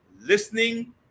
listening